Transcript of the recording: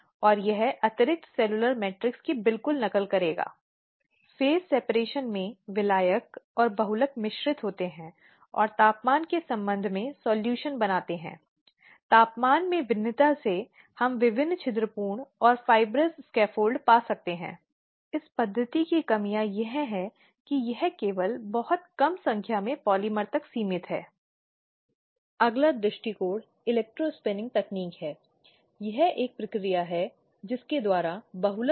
अब अगले पक्ष को सुनने का चरण है जो अब फिर से मानता है कि जहां महान महत्व है क्योंकि पार्टियों को सुनना बहुत महत्वपूर्ण कदम है ताकि यह पता लगाया जा सके कि हम क्या कहते हैं तब तक आरोपों की सच्चाई संभव नहीं है यह इंगित नहीं करना है कि एक बार जो आरोप लगाया गया है वह उस मामले के लिए गलत है